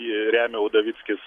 jį remia udovickis